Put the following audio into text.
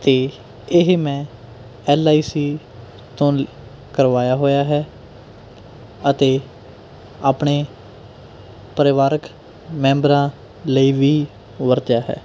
ਅਤੇ ਇਹ ਮੈਂ ਐੱਲ ਆਈ ਸੀ ਤੋਂ ਕਰਵਾਇਆ ਹੋਇਆ ਹੈ ਅਤੇ ਆਪਣੇ ਪਰਿਵਾਰਿਕ ਮੈਂਬਰਾਂ ਲਈ ਵੀ ਵਰਤਿਆ ਹੈ